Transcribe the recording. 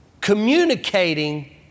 communicating